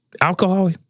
Alcohol